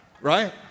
Right